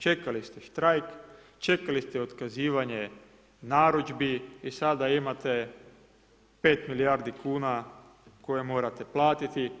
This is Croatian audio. Čekali ste štrajk, čekali ste otkazivanje narudžbi i sada imate 5 milijardi kuna koje morate platiti.